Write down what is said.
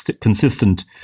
consistent